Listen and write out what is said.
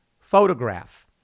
photograph